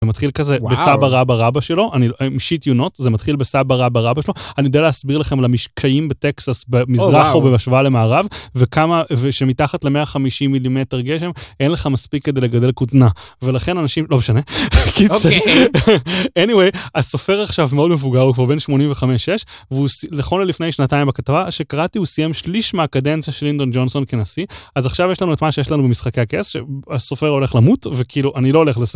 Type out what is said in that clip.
זה מתחיל כזה בסבא רבא רבא שלו. I shit you not. זה מתחיל בסבא רבא רבא שלו. אני יודע להסביר לכם על המשקעים בטקסס במזרח או בהשוואה למערב וכמה ושמתחת ל 150 מילימטר גשם אין לך מספיק כדי לגדל כותנה ולכן אנשים, לא משנה. אוקי. Anyway, הסופר עכשיו מאוד מבוגר הוא כבר בין 85 86 ונכון ללפני שנתיים בכתבה שקראתי הוא סיים שליש מהקדנציה של לינדון ג'ונסון כנשיא אז עכשיו יש לנו את מה שיש לנו במשחקי הכס, שהסופר הולך למות וכאילו אני לא הולך לס...